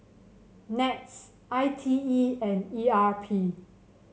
NETS I T E and E R P